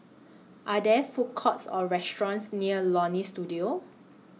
Are There Food Courts Or restaurants near Leonie Studio